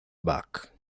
back